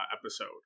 episode